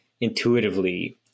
intuitively